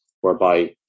whereby